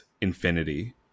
infinity